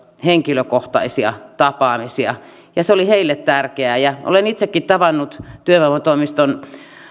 henkilökohtaisia tapaamisia ja se oli heille tärkeää olen itsekin tavannut työvoimatoimiston